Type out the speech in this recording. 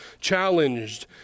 challenged